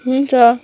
हुन्छ